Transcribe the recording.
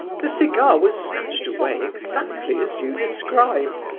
the cigar was snatched away exactly as you describe,